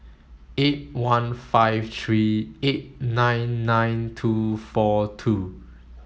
eight one five three eight nine nine two four two